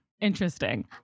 interesting